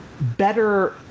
better